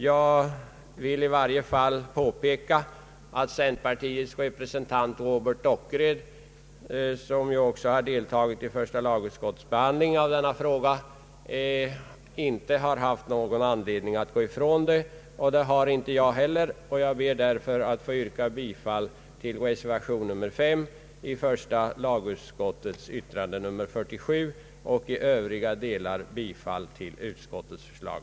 Jag vill i varje fall påpeka att centerpartiets representant, Robert Dockered, som också har deltagit i första lagutskottets behandling av denna fråga, inte har haft någon anledning att gå ifrån förslaget, och det har inte heller jag. Jag ber därför, herr talman, att få yrka bifall till reservation 3 vid första lagutskottets utlåtande nr 47 och i övriga delar bifall till utskottets förslag.